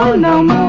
ah no